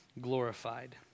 glorified